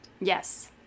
yes